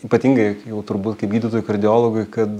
ypatingai jau turbūt kaip gydytojui kardiologui kad